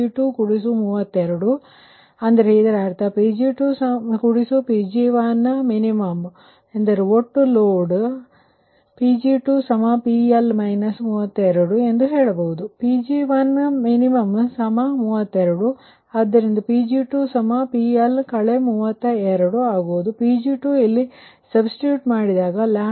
36 Pg232 ಆದ್ದರಿಂದ ಇದರರ್ಥPg2 Pg1min ಎಂದರೆ ಒಟ್ಟು ಲೋಡ್ ಅಂದರೆ Pg2PL 32 ಎಂದು ನೀವು ಹೇಳಬಹುದು ಅಂದರೆ ಈ Pg1min32 ಆದ್ದರಿಂದ Pg2PL 32 ಆಗುವುದು ಹಾಗಾಗಿ Pg2 ಇಲ್ಲಿ ಸಬ್ಸ್ಟಿಟ್ಯೂಟ್ ಮಾಡಿದಾಗ 0